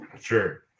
Sure